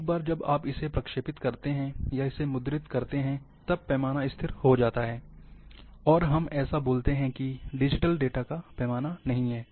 एक बार जब आप इसे प्रक्षेपित करते हैं या इसे मुद्रित करते हैं तब पैमाना स्थिर हो जाता है और हम ऐसा बोलते हैं कि डिजिटल डेटा का पैमाना नहीं है